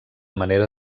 manera